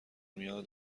میان